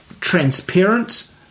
transparent